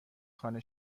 خانه